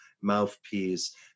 mouthpiece